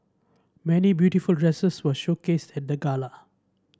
many beautiful dresses were showcased at the gala